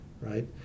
right